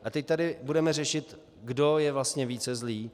A teď tady budeme řešit, kdo je vlastně více zlý.